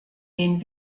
den